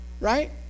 right